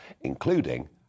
including